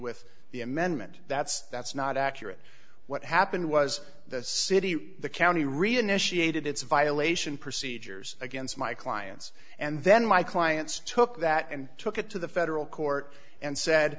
with the amendment that's that's not accurate what happened was the city the county reinitiated its violation procedures against my clients and then my clients took that and took it to the federal court and said